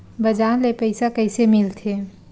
बजार ले पईसा कइसे मिलथे?